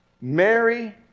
Mary